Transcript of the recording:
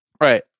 right